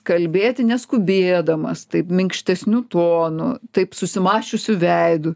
kalbėti neskubėdamas taip minkštesniu tonu taip susimąsčiusiu veidu